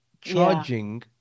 charging